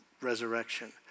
resurrection